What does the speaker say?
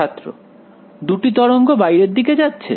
ছাত্র দুটি তরঙ্গ বাইরের দিকে যাচ্ছে